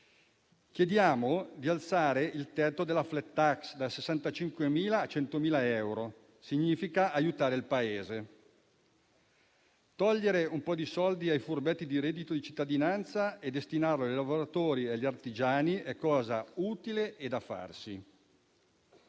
chiediamo di alzare il tetto della *flat tax* da 65.000 a 100.000 euro. Significa aiutare il Paese. Togliere un po' di soldi ai furbetti del reddito di cittadinanza e destinarlo ai lavoratori e agli artigiani è cosa utile e da farsi.